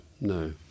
no